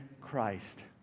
Christ